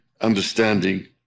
understanding